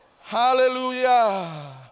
hallelujah